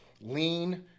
lean